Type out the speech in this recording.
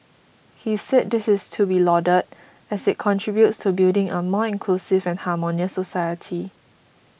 he said this is to be lauded as it contributes to building a more inclusive and harmonious society